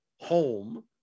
Home